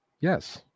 Yes